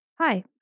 Hi